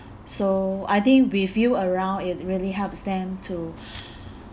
so I think with you around it really helps them to